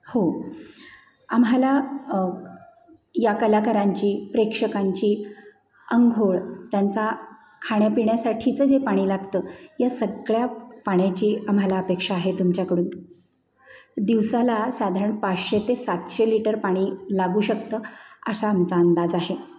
हो आम्हाला क या कलाकारांची प्रेक्षकांची आंघोळ त्यांच्या खाण्यापिण्यासाठीचं जे पाणी लागतं या सगळ्या पाण्याची आम्हाला अपेक्षा आहे तुमच्याकडून दिवसाला साधारण पाचशे ते सातशे लिटर पाणी लागू शकतं असा आमचा अंदाज आहे